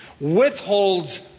withholds